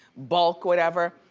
bulk, whatever,